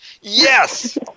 Yes